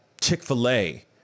Chick-fil-A